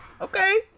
Okay